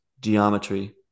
geometry